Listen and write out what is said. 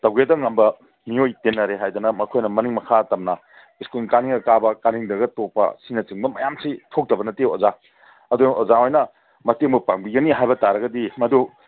ꯇꯧꯒꯦꯇ ꯉꯝꯕ ꯃꯤꯑꯣꯏ ꯇꯤꯟꯅꯔꯦ ꯍꯥꯏꯗꯅ ꯃꯈꯣꯏꯅ ꯃꯅꯤꯡ ꯃꯈꯥ ꯇꯝꯅ ꯁ꯭ꯀꯨꯟ ꯀꯥꯅꯤꯡꯉ ꯀꯥꯕ ꯀꯥꯅꯤꯡꯗ꯭ꯔꯒ ꯇꯣꯛꯄ ꯑꯁꯤꯅꯆꯤꯡꯕ ꯃꯌꯥꯝꯁꯤ ꯊꯣꯛꯇꯕ ꯅꯠꯇꯦ ꯑꯣꯖꯥ ꯑꯗꯨꯅ ꯑꯣꯖꯥ ꯍꯣꯏꯅ ꯃꯇꯦꯡꯕꯨ ꯄꯥꯡꯕꯤꯒꯅꯤ ꯍꯥꯏꯕꯇꯥꯔꯒꯗꯤ ꯃꯗꯨ